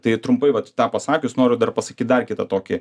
tai trumpai vat tą pasakius noriu dar pasakyt dar kitą tokį